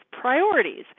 priorities